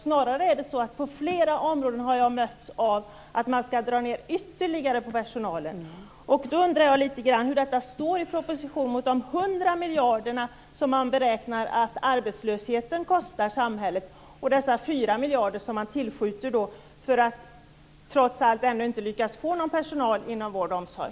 Snarare är det så att man på flera områden skall dra ned ytterligare på personalen. Hur står det i relation till de 100 miljarder som man beräknar att arbetslösheten kostar samhället att man tillskjuter 4 miljarder utan att man ännu har lyckats få någon personal till vård och omsorg?